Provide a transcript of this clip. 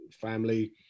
family